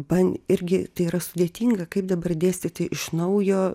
man irgi tai yra sudėtinga kaip dabar dėstyti iš naujo